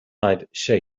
water